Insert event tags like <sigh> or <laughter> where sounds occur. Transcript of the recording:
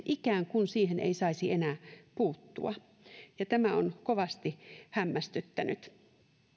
<unintelligible> ikään kuin siihen ei saisi enää puuttua tämä on kovasti hämmästyttänyt